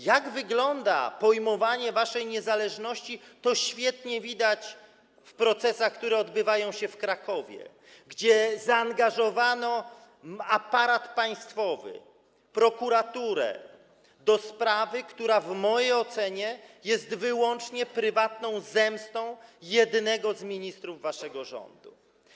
Jak wygląda pojmowanie waszej niezależności, to świetnie widać w procesach, które odbywają się w Krakowie, gdzie zaangażowano aparat państwowy, prokuraturę do sprawy, która w mojej ocenie jest wyłącznie prywatną zemstą jednego z ministrów waszego rządu.